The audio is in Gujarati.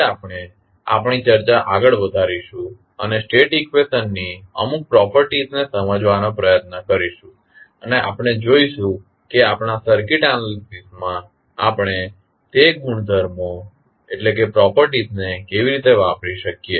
આજે આપણે આપણી ચર્ચા આગળ વધારીશું અને સ્ટેટ ઇકવેશન ની અમુક પ્રોપર્ટીસ ને સમજવાનો પ્રયત્ન કરીશું અને આપણે જોઇશું કે આપણા સર્કિટ એનાલિસિસ માં આપણે તે ગુણધર્મો પ્રોપર્ટીસ ને કેવી રીતે વાપરી શકીએ